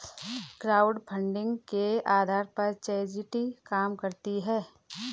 crowdfunding के आधार पर चैरिटी काम करती है